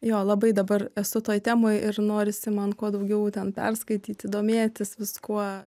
jo labai dabar esu toj temoj ir norisi man kuo daugiau ten perskaityti domėtis viskuo